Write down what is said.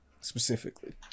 specifically